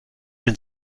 den